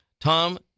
Tom